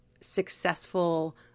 successful